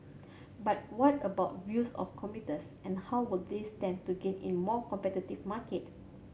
but what about views of commuters and how will they stand to gain in a more competitive market